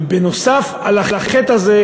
ונוסף על החטא הזה,